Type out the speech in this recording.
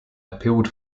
appealed